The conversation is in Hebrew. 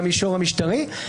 במישור המשטרי.